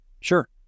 sure